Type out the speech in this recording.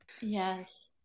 Yes